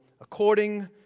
According